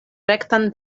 rektan